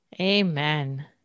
Amen